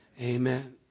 Amen